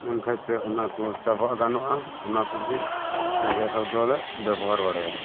ᱢᱮᱱᱠᱷᱟᱛᱮ ᱚᱱᱟ ᱠᱚ ᱪᱟᱵᱟ ᱜᱟᱱᱚᱜᱼᱟ ᱚᱱᱟ ᱠᱩᱜᱤ ᱨᱮᱸᱜᱮᱡᱽ ᱦᱚᱲ ᱫᱚᱞᱮ ᱵᱮᱵᱚᱦᱟᱨ ᱵᱟᱲᱟᱭᱟ